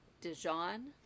dijon